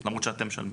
אנחנו לא מסכימים,